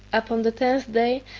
upon the tenth day,